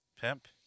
Pimp